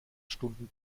stunden